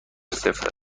سفت